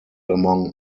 among